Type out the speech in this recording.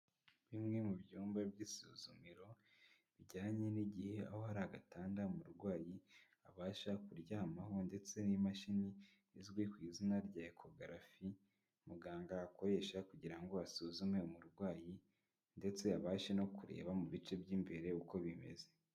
Bimwe mu byumba by'isuzumiro bijyanye n'igihe, aho hari agatanda umurwayi abasha kuryamaho ndetse n'imashini, izwi ku izina rya ekogarafi, muganga akoresha kugira ngo asuzume umurwayi ndetse abashe no kureba mu bice by'imbere uko bimeze.